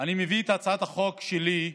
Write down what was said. אני מביא את הצעת החוק שלי,